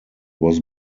was